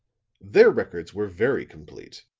their records were very complete.